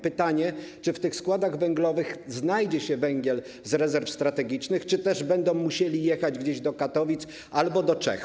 Pytanie: Czy w tych składach węglowych znajdzie się węgiel z rezerw strategicznych, czy też będą oni musieli jechać do Katowic albo do Czech?